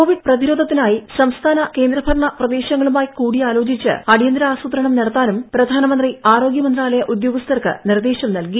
Covid പ്രതിരോധത്തിനായി സംസ്ഥാന കേന്ദ്രഭരണ പ്രദേശങ്ങ ളുമായി കൂടിയാലോചിച്ച് അടിയന്തര ആസൂത്രണം നടത്താനും പ്രധാനമന്തി ആരോഗൃ മന്ത്രാലയ ഉദ്യോഗസ്ഥർക്ക് നിർദ്ദേശം നൽകി